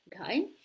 okay